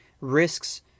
risks